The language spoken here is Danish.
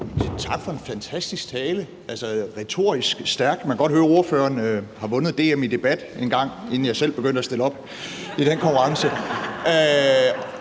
tak for en fantastisk tale, altså retorisk stærk – man kan godt høre, ordføreren har vundet DM i debat engang, inden jeg selv begyndte at stille op i den konkurrence.